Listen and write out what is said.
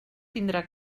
tindrà